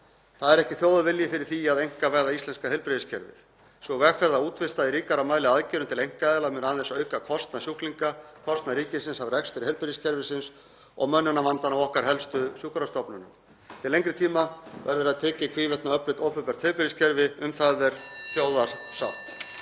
Það er ekki þjóðarvilji fyrir því að einkavæða íslenska heilbrigðiskerfið. Sú vegferð að útvista í ríkara mæli aðgerðum til einkaaðila mun aðeins auka kostnað sjúklinga og kostnað ríkisins af rekstri heilbrigðiskerfisins og auka mönnunarvandann á okkar helstu sjúkrastofnunum. Til lengri tíma verður að tryggja í hvívetna öflugt opinbert heilbrigðiskerfi. Um það er þjóðarsátt.